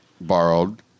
borrowed